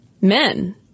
men